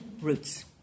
roots